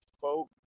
folk